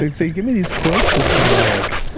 they'd they'd give me these quotes that sounded like,